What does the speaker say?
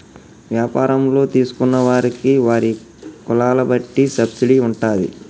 వ్యాపారంలో తీసుకున్న వారికి వారి కులాల బట్టి సబ్సిడీ ఉంటాది